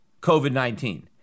COVID-19